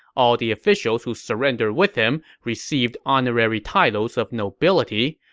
all the officials who surrendered with him received honorary titles of nobility.